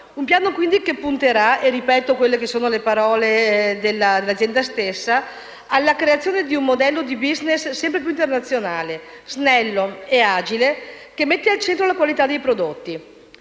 Un piano quindi che punterà - cito le parole dell'azienda stessa - «alla creazione di un modello di *business* sempre più internazionale, snello e agile che mette al centro la qualità dei prodotti».